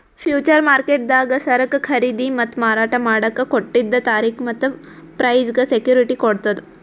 future ಮಾರ್ಕೆಟ್ದಾಗ್ ಸರಕ್ ಖರೀದಿ ಮತ್ತ್ ಮಾರಾಟ್ ಮಾಡಕ್ಕ್ ಕೊಟ್ಟಿದ್ದ್ ತಾರಿಕ್ ಮತ್ತ್ ಪ್ರೈಸ್ಗ್ ಸೆಕ್ಯುಟಿಟಿ ಕೊಡ್ತದ್